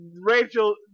rachel